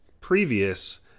previous